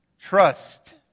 Trust